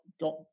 got